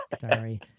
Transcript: sorry